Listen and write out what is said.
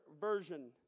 version